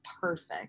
perfect